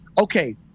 Okay